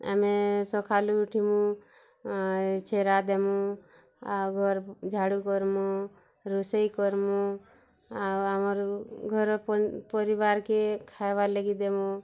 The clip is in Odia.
ଆମେ ସଖାଲୁ ଉଠିମୁଁ ଛେରା ଦେମୁଁ ଆଉ ଘର ଝାଡ଼ୁ କର୍ମୁଁ ରୋଷେଇ କର୍ମୁଁ ଆଉ ଆମର୍ ଘର ପରିବାର୍କେ ଖାଇବାର୍ ଲାଗି ଦେମୁଁ